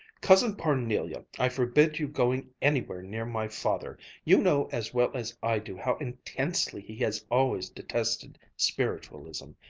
cousin parnelia, i forbid you going anywhere near my father! you know as well as i do how intensely he has always detested spiritualism.